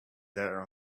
there